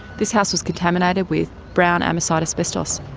this house was contaminated with brown amosite asbestos.